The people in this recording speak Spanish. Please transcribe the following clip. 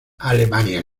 alemania